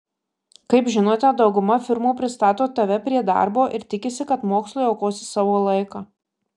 kaip žinote dauguma firmų pristato tave prie darbo ir tikisi kad mokslui aukosi savo laiką